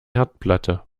herdplatte